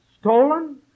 stolen